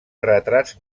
retrats